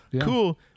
cool